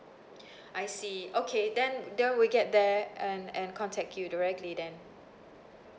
I see okay then there will get there and and contact you directly then